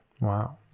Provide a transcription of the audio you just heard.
Wow